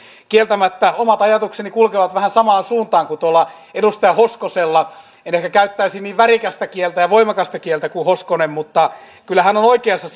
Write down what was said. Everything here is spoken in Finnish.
kieltämättä omat ajatukseni kulkevat vähän samaan suuntaan kuin tuolla edustaja hoskosella en ehkä käyttäisi niin värikästä ja voimakasta kieltä kuin hoskonen mutta kyllä hän on oikeassa